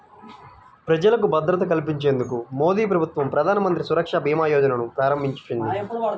ప్రజలకు భద్రత కల్పించేందుకు మోదీప్రభుత్వం ప్రధానమంత్రి సురక్ష భీమా యోజనను ప్రారంభించింది